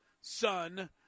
son